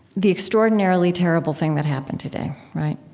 the extraordinarily terrible thing that happened today, right?